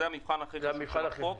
הוא המבחן הכי חשוב של חוק.